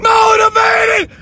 Motivated